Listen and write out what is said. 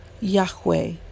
Yahweh